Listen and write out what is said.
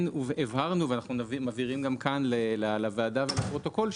כן הבהרנו ואנחנו מבהירים גם כאן לוועדה ולפרוטוקול,